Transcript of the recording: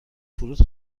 فرود